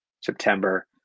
september